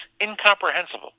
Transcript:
incomprehensible